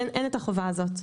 אין את החובה הזאת.